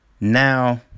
now